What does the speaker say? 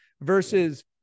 versus